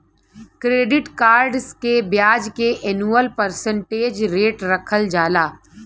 credit cards के ब्याज के एनुअल परसेंटेज रेट रखल जाला